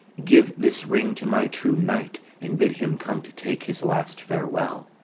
give this ring to my true knight and bid him come to take his last farewell.